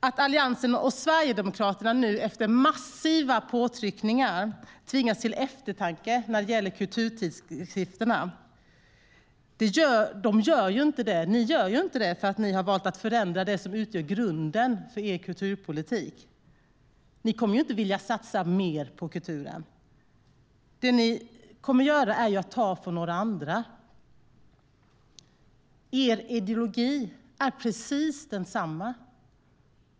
Alliansen och Sverigedemokraterna tvingas nu efter massiva påtryckningar till eftertanke när det gäller kulturtidskrifterna. Men ni tänker ju inte om för att ni har valt att förändra det som utgör grunden för er kulturpolitik. Ni kommer ju inte att vilja satsa mer på kulturen. Det ni kommer att göra är att ta från några andra. Er ideologi är precis densamma.